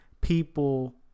People